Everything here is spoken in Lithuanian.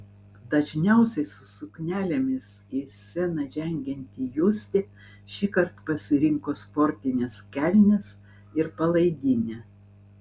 dažniausiai su suknelėmis į sceną žengianti justė šįkart pasirinko sportines kelnes ir palaidinę